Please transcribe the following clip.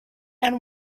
and